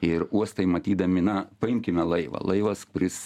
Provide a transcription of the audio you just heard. ir uostai matydami na paimkime laivą laivas kuris